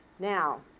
now